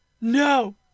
No